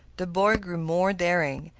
the boy grew more daring,